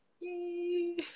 Yay